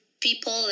people